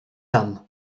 dam